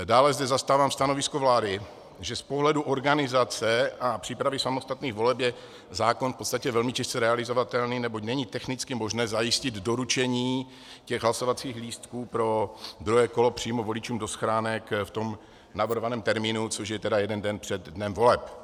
Dále zde zastávám stanovisko vlády, že z pohledu organizace a přípravy samostatných voleb je zákon v podstatě velmi těžce realizovatelný, neboť není technicky možné zajistit doručení hlasovacích lístků pro druhé kolo přímo voličům do schránek v navrhovaném termínu, což je jeden den před dnem voleb.